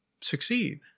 succeed